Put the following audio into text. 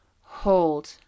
Hold